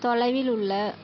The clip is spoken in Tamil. தொலைவில் உள்ள